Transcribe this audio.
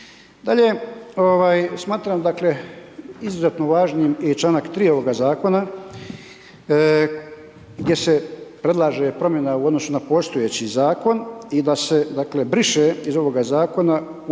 Dalje, smatram izuzetno važnim i čl. 3 ovoga zakona gdje se predlaže promjena u odnosu na postojeći zakon i da se dakle, briše iz ovoga zakona uvjetovanje